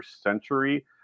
century